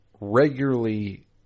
regularly